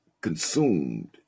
consumed